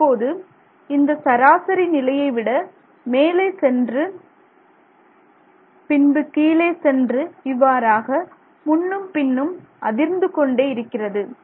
இப்போது அது இந்த சராசரி நிலையை விட மேலே சென்று பின்பு கீழே சென்று இவ்வாறாக முன்னும் பின்னும் அதிர்ந்து கொண்டே இருக்கிறது